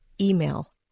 email